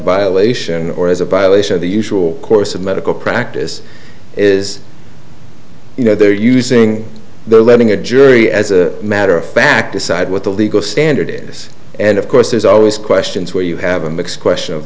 violation or as a violation of the usual course of medical practice is you know they're using they're letting a jury as a matter of fact decide what the legal standard in this and of course there's always questions where you have a mix question of